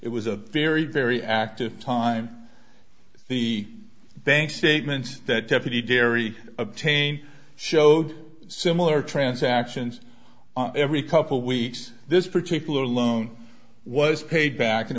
it was a very very active time the bank statements that deputy dairy obtain showed similar transactions on every couple weeks this particular loan was paid back and